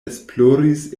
esploris